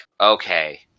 okay